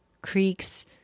creeks